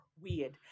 Weird